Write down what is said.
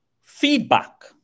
feedback